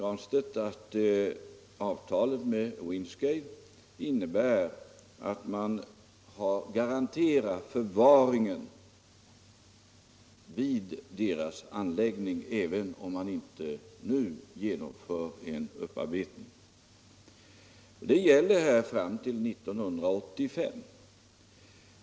Avtalet med Windscale innebär att man garanterar förvaringen vid deras anläggning, även om man inte nu genomför en upparbetning. Det gäller fram till 1985.